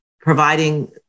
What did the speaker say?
Providing